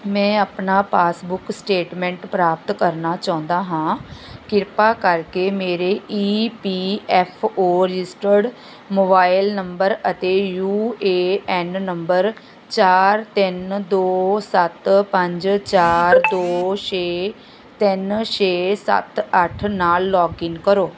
ਮੈਂ ਆਪਣਾ passbook statement ਪ੍ਰਾਪਤ ਕਰਨਾ ਚਾਹੁੰਦਾ ਹਾਂ ਕਿਰਪਾ ਕਰਕੇ ਮੇਰੇ E P F O registered mobile number ਅਤੇ ਯੂ ਏ ਐੱਨ ਨੰਬਰ ਚਾਰ ਤਿੰਨ ਦੋ ਸੱਤ ਪੰਜ ਚਾਰ ਦੋ ਛੇ ਤਿੰਨ ਛੇ ਸੱਤ ਅੱਠ ਨਾਲ ਲੋਗਿੰਨ ਕਰੋ